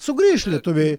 sugrįš lietuviai